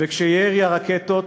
וכשירי הרקטות